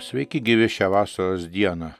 sveiki gyvi šią vasaros dieną